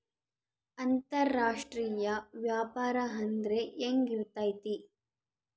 ಅಂತರಾಷ್ಟ್ರೇಯ ವ್ಯಾಪಾರ ಅಂದ್ರೆ ಹೆಂಗಿರ್ತೈತಿ?